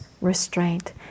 restraint